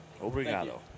Obrigado